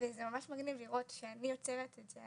וזה ממש מגניב לראות שאני יוצרת את זה,